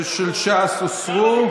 ושל ש"ס הוסרו.